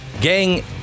gang